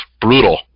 brutal